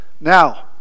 Now